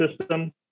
system